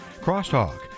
Crosstalk